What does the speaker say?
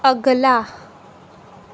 अगला